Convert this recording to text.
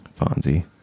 Fonzie